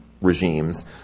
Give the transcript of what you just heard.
regimes